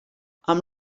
amb